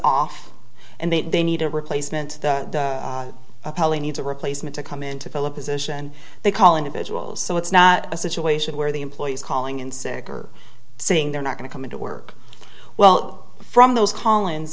off and that they need a replacement appellee needs a replacement to come in to fill a position they call individuals so it's not a situation where the employees calling in sick or saying they're not going to come into work well from those collins